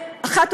להם.